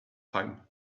time